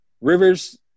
Rivers